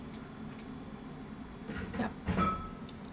yup